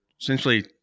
essentially